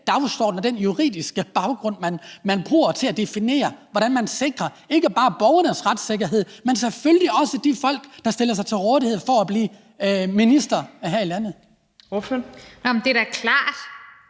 dagsorden og den juridiske baggrund, man bruger til at definere, hvordan man sikrer det i forhold til ikke bare borgernes retssikkerhed, men selvfølgelig også de folk, der stiller sig til rådighed for at blive ministre her i landet.